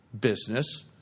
business